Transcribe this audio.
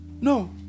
No